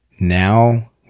Now